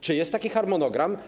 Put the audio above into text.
Czy jest taki harmonogram?